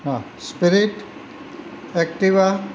હા spirit Activa